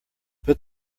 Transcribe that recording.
put